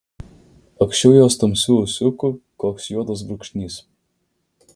aukščiau jos tamsių ūsiukų koks juodas brūkšnys